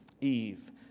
Eve